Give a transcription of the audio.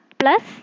plus